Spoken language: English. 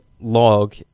log